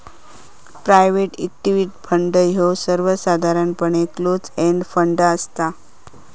private equity fund ह्यो सर्वसाधारणपणे close end fund असता